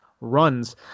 runs